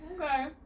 Okay